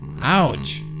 Ouch